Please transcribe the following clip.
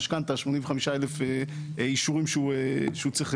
המשכנתא, 85,000 אישורים שהוא צריך